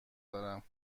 دارم